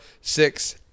six